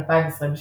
2023